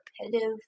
repetitive